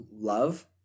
love